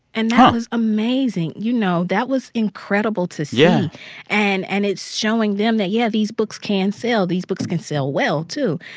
and that was amazing. you know, that was incredible to see yeah and and it's showing them that, yeah, these books can sell. these books can sell well, too.